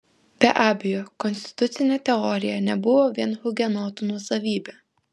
be abejo konstitucinė teorija nebuvo vien hugenotų nuosavybė